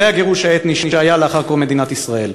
זה הגירוש האתני שהיה לאחר קום מדינת ישראל.